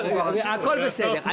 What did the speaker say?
הכול בסדר.